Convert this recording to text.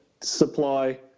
supply